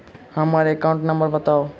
हम्मर account number बताऊ?